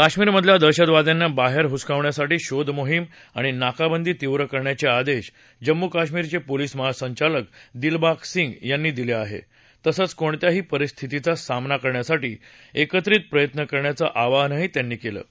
काश्मिरमधल्या दहशतवाद्यांना बाहेर हुसकवण्यासाठी शोधमोहिम आणि नाकाबंदी तीव्र करण्याचे आदेश जम्मू कश्मीरचे पोलिस महासंचालक दिलबाग सिंग यांनी दिले आहेत तसंच कोणत्याही परिस्थितीचा सामना करण्यासाठी एकत्रित प्रयत्न करण्याचं आवाहन केलं आहे